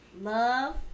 love